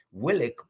Willick